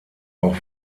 auch